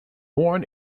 born